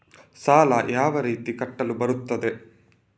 ಸಾಲ ಯಾವ ರೀತಿ ಕಟ್ಟಲು ಬರುತ್ತದೆ?